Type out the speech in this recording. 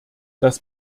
das